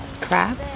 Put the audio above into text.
crap